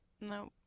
No